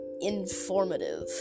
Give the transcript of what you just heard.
informative